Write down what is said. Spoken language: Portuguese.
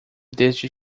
desde